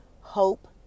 hope